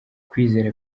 kwizera